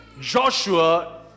Joshua